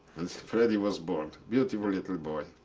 and freddy was born, beautiful little boy.